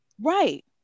Right